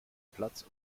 platz